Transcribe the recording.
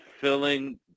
filling